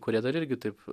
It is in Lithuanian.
kurie dar irgi taip